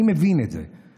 אני מבין את זה.